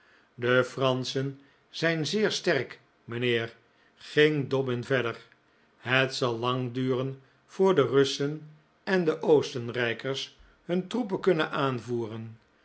de franschen zijn zeer sterk mijnheer ging dobbin verder het zal lang duren voor de russen en de oostenrijkers hun troepen kunnen aanvoeren